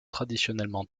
traditionnellement